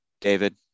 David